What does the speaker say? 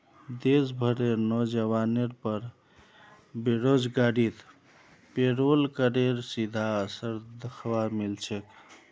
देश भरेर नोजवानेर पर बेरोजगारीत पेरोल करेर सीधा असर दख्वा मिल छेक